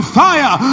fire